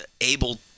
able